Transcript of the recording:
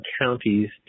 counties